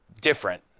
different